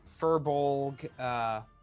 Furbolg